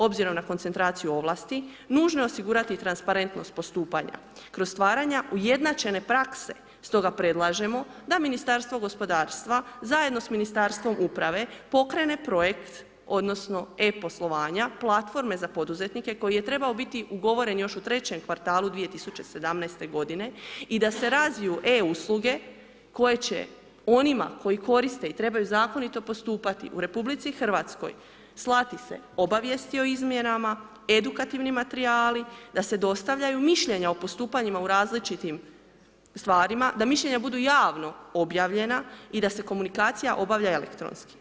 Obzirom na koncentraciju ovlasti nužno je osigurati transparentnost postupanja kroz stvaranja ujednačene prakse stoga predlažemo da Ministarstvo gospodarstva zajedno sa Ministarstvom uprave pokrene projekt odnosno e-poslovanja, platforme za poduzetnike koji je trebao biti ugovoren još u trećem kvartalu 2017. godine i da se razviju e-usluge koji će onima koji koriste i trebaju zakonito postupati u RH slati se obavijesti o izmjenama, edukativni materijali, da se dostavljaju mišljenja o postupanjima u različitim stvarima, da mišljenja budu javno objavljena i da se komunikacija obavlja elektronski.